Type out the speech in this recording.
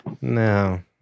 No